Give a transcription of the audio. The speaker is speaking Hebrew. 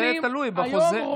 זה תלוי בחוזה.